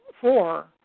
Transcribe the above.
Four